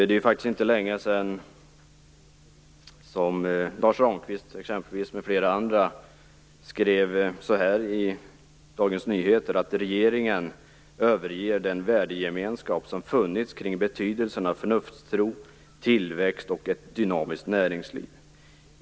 Det är faktiskt inte länge sedan som Lars Regeringen överger den värdegemenskap som funnits kring betydelsen av förnuftstro, tillväxt och ett dynamiskt näringsliv.